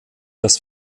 das